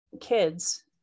kids